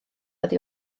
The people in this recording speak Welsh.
oddi